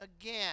again